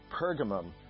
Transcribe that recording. Pergamum